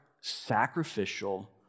sacrificial